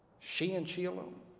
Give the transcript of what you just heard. she and she alone,